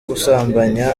gusambanya